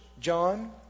John